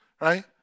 Right